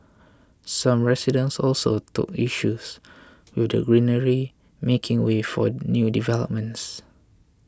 some residents also took issues with the greenery making way for new developments